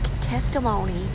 testimony